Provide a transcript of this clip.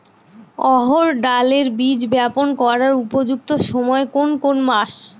অড়হড় ডালের বীজ বপন করার উপযুক্ত সময় কোন কোন মাস?